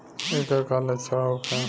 ऐकर का लक्षण होखे?